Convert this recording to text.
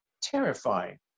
terrifying